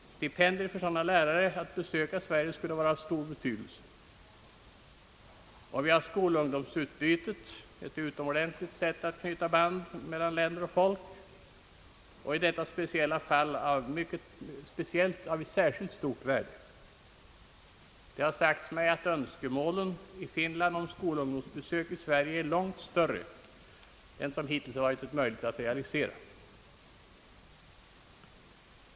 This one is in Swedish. Stipendier för sådana lärare för att besöka Sverige skulle vara av stor betydelse. Skolungdomsutbytet är vidare ett utomordentligt sätt att knyta band mellan länder och folk, i detta speciella fall säkerligen av mycket stort värde. Det har sagts mig att önskemålen i Finland om skolungdomsbesök i Sverige är långt större än vad som hittills varit möjligt att realisera.